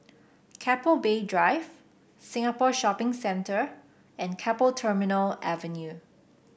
Keppel Bay Drive Singapore Shopping Centre and Keppel Terminal Avenue